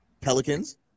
Pelicans